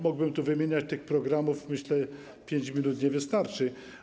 Mógłbym tu wymieniać te programy, myślę, 5 minut nie wystarczy.